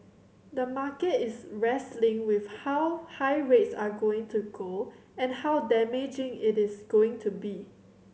the market is wrestling with how high rates are going to go and how damaging it is going to be